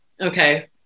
Okay